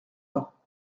pas